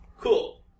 Cool